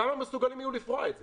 כמה מסוגלים יהיו לפרוע את זה?